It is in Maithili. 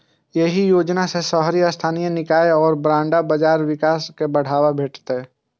एहि योजना सं शहरी स्थानीय निकाय के बांड बाजार के विकास कें बढ़ावा भेटतै